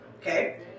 okay